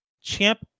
Champ